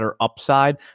upside